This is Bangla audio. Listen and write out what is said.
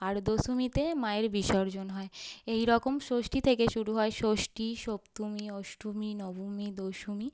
আর দশমীতে মায়ের বিসজর্ন হয় এই রকম ষষ্ঠী থেকে শুরু হয় ষষ্ঠী সপ্তমী অষ্টমী নবমী দশমী